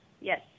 Yes